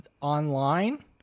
online